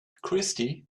christy